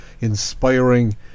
inspiring